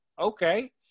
Okay